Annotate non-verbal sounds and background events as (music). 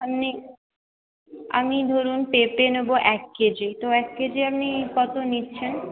(unintelligible) আমি ধরুন পেঁপে নেব এক কেজি তো এক কেজি আপনি কতো নিচ্ছেন